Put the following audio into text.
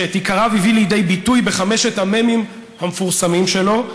שאת עיקריו הביא לידי ביטוי בחמשת המ"מים המפורסמים שלו,